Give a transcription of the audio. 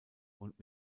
und